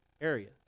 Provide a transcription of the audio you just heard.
area